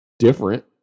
different